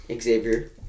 Xavier